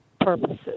purposes